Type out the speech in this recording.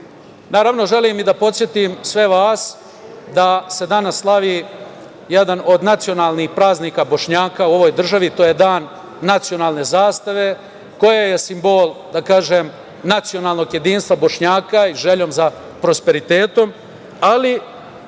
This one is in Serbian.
svetu. Naravno, želim i da podsetim sve vas da se danas slavi jedan od nacionalnih praznika Bošnjaka u ovoj državi, to je Dan nacionalne zastave, koja je simbol, da kažem, nacionalnog jedinstva Bošnjaka i željom za prosperitetom, ali